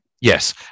Yes